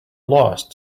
lost